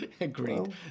Agreed